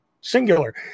singular